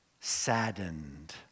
saddened